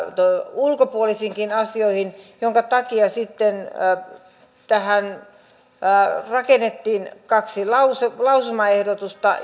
ulkopuolisiinkin asioihin minkä takia sitten tähän rakennettiin kaksi lausumaehdotusta